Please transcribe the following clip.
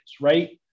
right